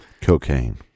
cocaine